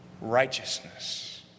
Righteousness